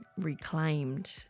reclaimed